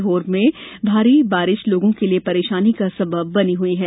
सीहोर में जारी भारी बारिश लोगों के लिये परेशानी का सबब बनी हुई है